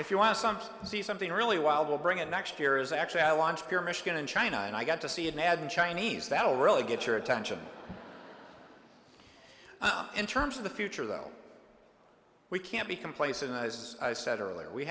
if you want something see something really wild will bring it next year is actually i want to hear michigan in china and i got to see an ad in chinese that'll really get your attention in terms of the future though we can't be complacent as i said earlier we